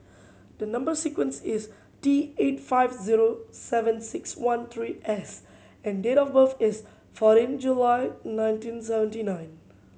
the number sequence is T eight five zero seven six one three S and date of birth is fourteen July nineteen seventy nine